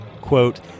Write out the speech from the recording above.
quote